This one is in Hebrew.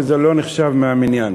וזה לא נחשב מהמניין.